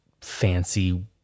fancy